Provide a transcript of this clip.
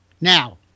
now